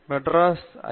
Madras ஐ